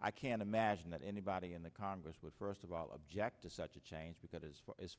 i can't imagine that anybody in the congress would first of all object to such a change b